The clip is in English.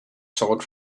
sword